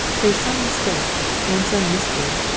there's some mistake and some mystery.